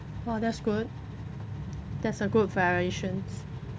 !wah! that's good that's a good variations